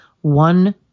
one